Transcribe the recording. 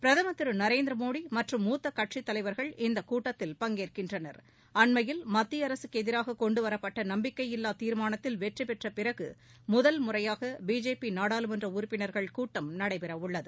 பிரதமர் திருநரேந்திரமோடிமற்றும் மூத்தகட்சித் தலைவர்கள் இக்கூட்டத்தில் பங்கேற்கின்றனர் மத்தியஅரசுக்குஎதிராககொண்டுவரப்பட்டநம்பிக்கையில்லாதீர்மானத்தில் அண்மையில் வெற்றிபெற்றபிறகுமுதல்முறையாகபிஜேபிநாடாளுமன்றஉறுப்பினர்கள் கூட்டம் நடைபெறவுள்ளது